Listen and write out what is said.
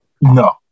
No